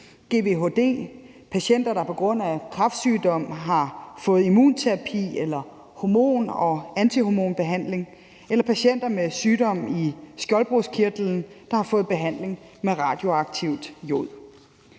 GvHD, patienter, der på grund af en kræftsygdom har fået immunterapi eller hormon- og antihormonbehandling, eller patienter med sygdom i skjoldbruskkirtlen, der har fået behandling med radioaktivt jod.